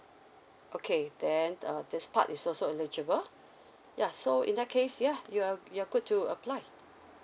okay then uh this part is also eligible ya so in that case ya you're you're good to apply